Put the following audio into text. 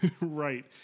Right